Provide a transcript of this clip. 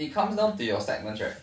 it comes down to your segments right